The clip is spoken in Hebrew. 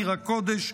עיר הקודש,